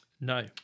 No